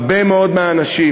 הרבה מאוד מהאנשים,